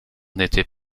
n’était